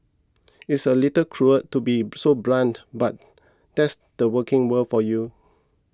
it's a little cruel to be so blunt but that's the working world for you